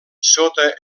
sota